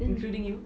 including you